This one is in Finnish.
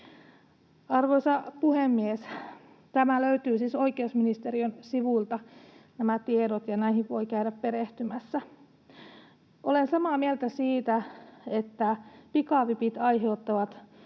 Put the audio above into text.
Arvoisa puhemies! Nämä tiedot löytyvät siis oikeusministeriön sivuilta, ja näihin voi käydä perehtymässä. Olen samaa mieltä siitä, että pikavipit aiheuttavat